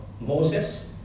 Moses